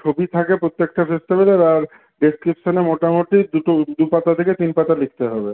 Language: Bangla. ছবি থাকে প্রত্যেকটা ফেস্টিভ্যালের আর ডেসক্রিপশনে মোটামুটি দুটো দু পাতা থেকে তিন পাতা লিখতে হবে